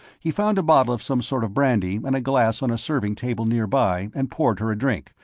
he found a bottle of some sort of brandy and a glass on a serving table nearby and poured her a drink,